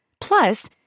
Plus